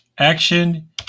Action